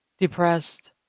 depressed